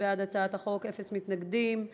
הגבלת מרווחי שיווק על ירקות),